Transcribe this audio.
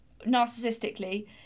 narcissistically